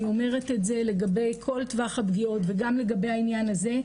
אני אומרת את זה לגבי כל טווח הפגיעות וגם לגבי העניין הזה,